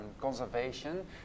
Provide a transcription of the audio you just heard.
conservation